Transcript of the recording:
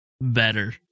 better